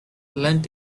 lent